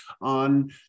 on